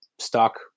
Stock